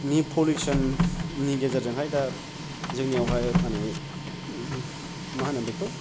नि पल्युशननि गेजेरजों हाय दा जोंनियावहाय मानि मा होनो बेखौ